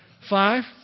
Five